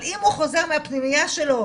אבל אם הוא חוזר מהפנימייה שלו,